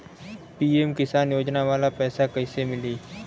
PM Kisan योजना वाला पैसा कईसे मिली?